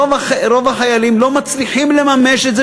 רוב החיילים לא מצליחים לממש את זה,